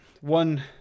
one